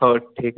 हो ठीक आहे